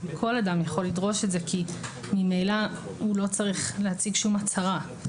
כל אדם יכול לדרוש את זה כי ממילא הוא לא צריך להציג שום הצהרה.